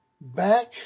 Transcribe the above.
back